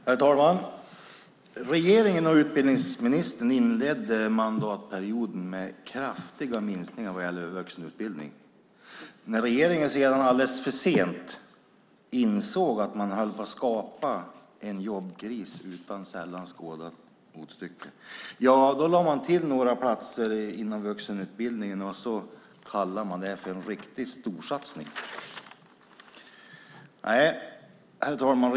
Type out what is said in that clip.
Herr talman! Regeringen och utbildningsministern inledde mandatperioden med kraftiga minskningar i fråga om vuxenutbildning. När regeringen sedan alldeles för sent insåg att man höll på att skapa en jobbkris utan motstycke då lade man till några platser inom vuxenutbildningen och kallade det för en riktig storsatsning. Herr talman!